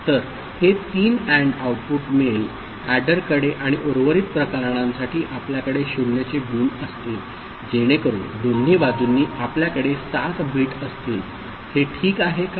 तर हे 3 AND output मिळेल एडरकडे आणि उर्वरित प्रकरणांसाठी आपल्याकडे 0 चे गुण असतील जेणेकरून दोन्ही बाजूंनी आपल्याकडे 7 बिट असतील ते ठीक आहे का